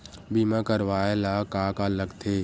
बीमा करवाय ला का का लगथे?